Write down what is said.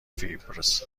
فیبز